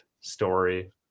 story